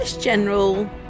general